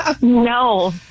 No